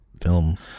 film